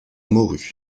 morue